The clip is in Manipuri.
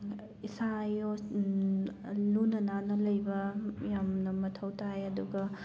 ꯏꯁꯥ ꯂꯨꯅ ꯅꯥꯟꯅ ꯂꯩꯕ ꯌꯥꯝꯅ ꯃꯊꯧ ꯇꯥꯏ ꯑꯗꯨꯒ